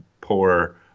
poor